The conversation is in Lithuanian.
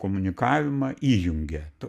komunikavimą įjungia